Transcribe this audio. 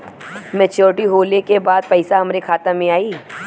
Maturity होले के बाद पैसा हमरे खाता में आई?